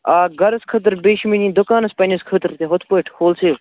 آ گَرَس خٲطرٕ بیٚیہِ چھِ مےٚ نِنۍ دُکانَس پنٕنِس خٲطرٕ تہِ ہُتھٕ پٲٹھۍ ہول سیل